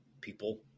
People